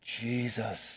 Jesus